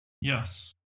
Yes